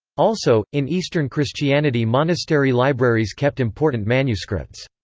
also, in eastern christianity monastery libraries kept important manuscripts.